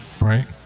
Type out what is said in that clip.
Right